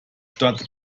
stadt